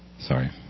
Sorry